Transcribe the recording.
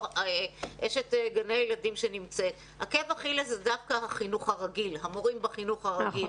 אשת גני הילדים שנמצאת כאן שעקב אכילס זה דווקא המורים בחינוך הרגיל